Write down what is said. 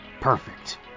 perfect